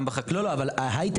גם בחקלאות.